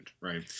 right